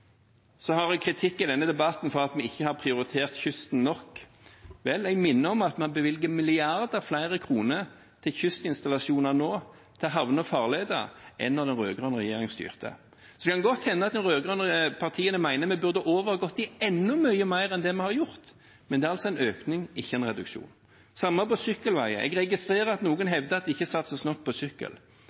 Så hører jeg kritikk i denne debatten for at vi ikke har prioritert kysten nok. Vel, jeg minner om at vi har bevilget flere milliarder kroner mer til kystinstallasjoner, til havner og farleder, nå enn da den rød-grønne regjeringen styrte. Det kan godt hende at de rød-grønne partiene mener vi burde overgått dem enda mye mer enn det vi har gjort, men det er altså en økning, ikke en reduksjon. Det samme gjelder sykkelveier: Jeg registrerer at noen hevder at det ikke satses nok på sykkel.